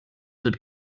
wird